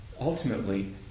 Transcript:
ultimately